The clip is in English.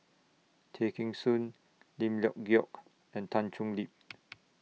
Tay Kheng Soon Lim Leong Geok and Tan Thoon Lip